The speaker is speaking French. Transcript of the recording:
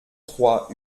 trois